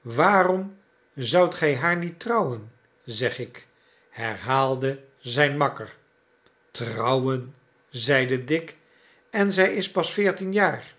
waarom zoudt gij haar niet trouwen zeg ik herhaalde zijn makker trouwen zeide dick en z'tj is pas veertien jaar